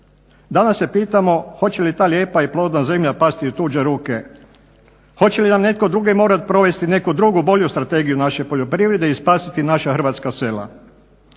Danas se pitamo hoće li ta lijepa i plodna zemlja pasti u tuđe ruke, hoće li nam netko drugi morat provesti neku drugu bolju strategiju naše poljoprivrede i spasiti naša hrvatska sela.